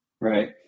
Right